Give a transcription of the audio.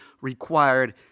required